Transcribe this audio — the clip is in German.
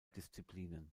disziplinen